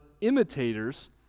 imitators